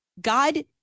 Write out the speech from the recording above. God